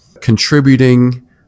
contributing